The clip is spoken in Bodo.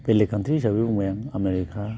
बेलेग काउन्ट्रि हिसाबै बुंबाय आं आमेरिका